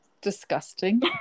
disgusting